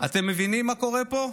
אתם מבינים מה קורה פה?